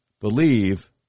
believe